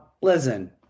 Listen